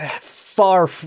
far